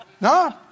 no